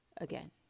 again